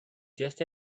just